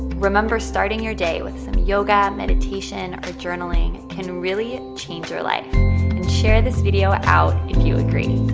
remember starting your day with some yoga, meditation or journaling can really change your life and share this video out if you agree.